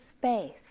space